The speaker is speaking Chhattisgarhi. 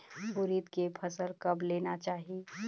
उरीद के फसल कब लेना चाही?